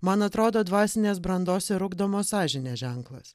man atrodo dvasinės brandos ir ugdomos sąžinės ženklas